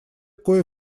кое